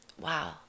wow